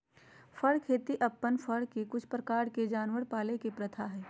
फर खेती अपन फर ले कुछ प्रकार के जानवर पाले के प्रथा हइ